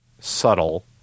subtle